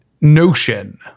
notion